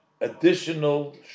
additional